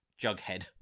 Jughead